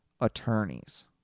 attorneys